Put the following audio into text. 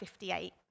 58